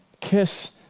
kiss